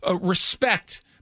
respect